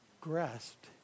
grasped